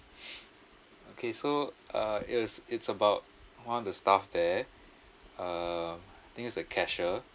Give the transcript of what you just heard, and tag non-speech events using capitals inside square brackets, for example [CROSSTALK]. [BREATH] okay so uh it was it's about one of the staff there uh I think is a cashier